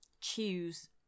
choose